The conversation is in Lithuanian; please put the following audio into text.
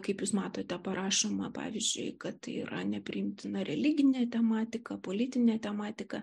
kaip jūs matote parašoma pavyzdžiui kad yra nepriimtina religinė tematika politinė tematika